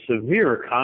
severe